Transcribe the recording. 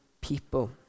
people